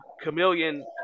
Chameleon